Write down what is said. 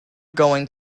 going